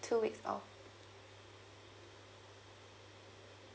two weeks off